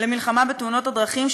הרשות למלחמה בתאונות הדרכים,